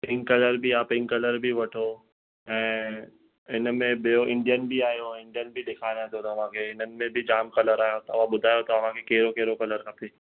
green colour बि आहे pink colour बि वठो ऐं हिनमें ॿियो इंडियन बि आयो आहे इंडियन बि ॾेखारियां थो तव्हांखे हिननि में बि जाम कलर आया अथव तव्हां ॿुधायो तव्हांखे कहिड़ो कहिड़ो कलर खपे